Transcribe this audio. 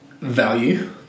value